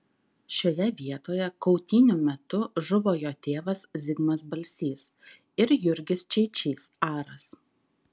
šioje vietoje kautynių metu žuvo jo tėvas zigmas balsys ir jurgis čeičys aras